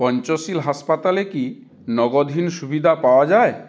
পঞ্চশীল হাসপাতালে কি নগদহীন সুবিধা পাওয়া যায়